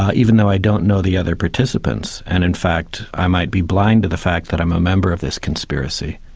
even though i don't know the other participants, and in fact i might be blind to the fact that i'm a member of this conspiracy.